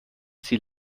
sie